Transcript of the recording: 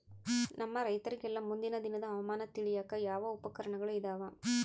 ನಮ್ಮ ರೈತರಿಗೆಲ್ಲಾ ಮುಂದಿನ ದಿನದ ಹವಾಮಾನ ತಿಳಿಯಾಕ ಯಾವ ಉಪಕರಣಗಳು ಇದಾವ?